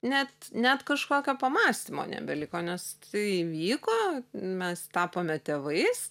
net net kažkokio pamąstymo nebeliko nes tai įvyko mes tapome tėvais